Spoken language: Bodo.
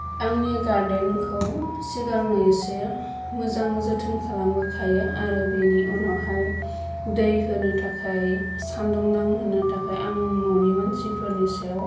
आंनि गार्देन खौ सिगां एसे मोजां जोथोन खालामग्रोखायो आरो बिनि उनावहाय दै होनो थाखाय सानदुं नांहोनो थाखाय आं न'नि मानसिफोरनि सायाव